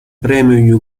premio